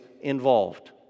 involved